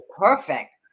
perfect